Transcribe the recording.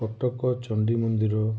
କଟକ ଚଣ୍ଡି ମନ୍ଦିର